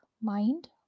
mind